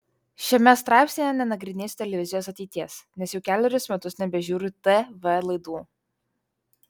šiame straipsnyje nenagrinėsiu televizijos ateities nes jau kelerius metus nebežiūriu tv laidų